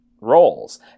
roles